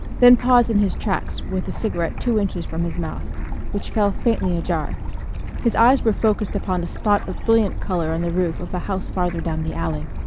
then paused in his tracks with the cigarette two inches from his mouth which fell faintly ajar his eyes were focussed upon a spot of brilliant color on the roof of a house farther down the alley.